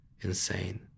insane